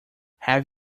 have